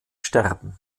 sterben